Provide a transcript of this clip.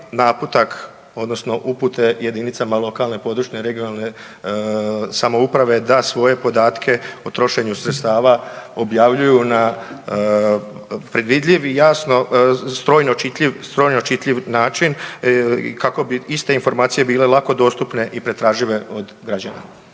naputak odnosno upute jedinicama lokalne, područne, regionalne samouprave da svoje podatke o trošenju sredstava objavljuju na predvidljiv i jasno strojno čitljiv način kako bi iste informacije bile lako dostupne i pretražive od građana.